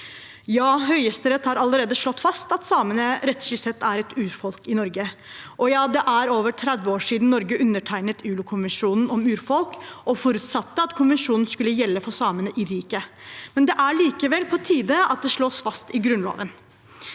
Ja, Høyesterett har allerede slått fast at samene rettslig sett er et urfolk i Norge, og ja, det er over 30 år siden Norge undertegnet ILO-konvensjonen om urfolk og forutsatte at konvensjonen skulle gjelde for samene i riket, men det er likevel på tide at det slås fast i Grunnloven.